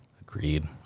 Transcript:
Agreed